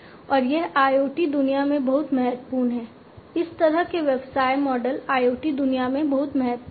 और यह IoT दुनिया में बहुत महत्वपूर्ण है इस तरह के व्यवसाय मॉडल IoT दुनिया में बहुत महत्वपूर्ण है